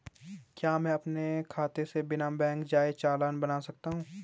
क्या मैं अपने खाते से बिना बैंक जाए चालान बना सकता हूँ?